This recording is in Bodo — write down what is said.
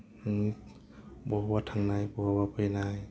बबावबा थांनाय बबावबा फैनाय